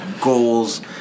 goals